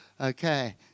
Okay